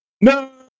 No